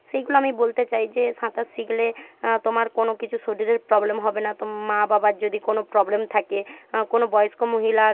সেইগুলো আমি বলতে চাই যে সাঁতার শিখলে তোমার কোনো কিছু শরীরের প্রবলেম হবে না তো মা বাবার যদি কোনো প্রবলেম থাকে কোনো বয়স্ক মহিলার